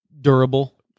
durable